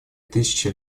тысячи